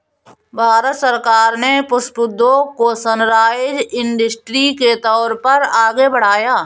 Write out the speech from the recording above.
भारत सरकार ने पुष्प उद्योग को सनराइज इंडस्ट्री के तौर पर आगे बढ़ाया है